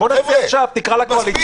בוא נצביע עכשיו, תקרא לקואליציה לבוא.